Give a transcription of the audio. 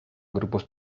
grupos